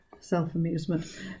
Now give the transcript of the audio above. self-amusement